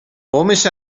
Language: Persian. قومش